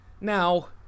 Now